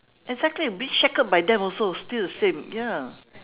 exactly being shackled by them also still the same ya